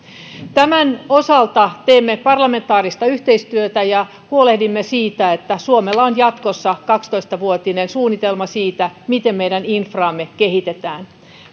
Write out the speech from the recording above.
tämän osalta teemme parlamentaarista yhteistyötä ja huolehdimme siitä että suomella on jatkossa kaksitoista vuotinen suunnitelma siitä miten meidän infraamme kehitetään